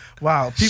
Wow